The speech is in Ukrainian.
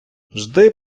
жди